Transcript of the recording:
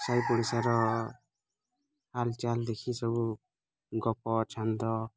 ସାହି ପଡ଼ିଶାର ହାଲ୍ ଚାଲ୍ ଦେଖି ସବୁ ଗପ ଛନ୍ଦ